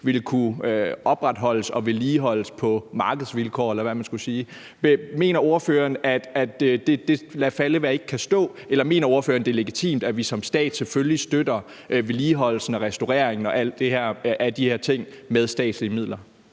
ville kunne opretholdes og vedligeholdes på markedsvilkår, eller hvad man skal kalde det. Mener ordføreren, at man skal lade falde, hvad der ikke kan stå, eller mener ordføreren, at det er legitimt, at vi som stat selvfølgelig støtter vedligeholdelsen og restaureringen og alle de her ting med statslige midler?